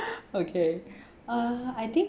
okay uh I think